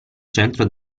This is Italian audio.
centro